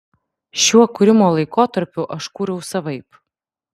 šiuo kūrimo laikotarpiu aš kūriau savaip